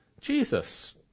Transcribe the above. Jesus